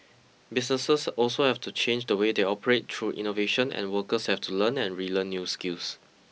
businesses also have to change the way they operate through innovation and workers have to learn and relearn new skills